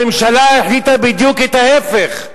הממשלה החליטה בדיוק את ההיפך.